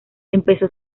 empezó